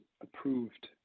approved